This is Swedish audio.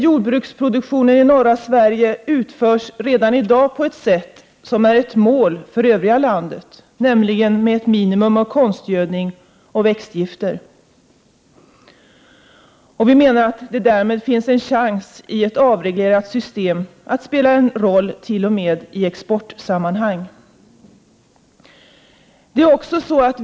+ Jordbruksproduktionen i norra Sverige utförs redan i dag på ett sätt som utgör ett mål för övriga landet, nämligen med ett minimum av konstgödning och växtgifter. + Vi menar att det därmed finns en chans, i ett avreglerat system, att spela en roll t.o.m. i exportsammanhang.